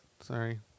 Sorry